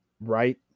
Right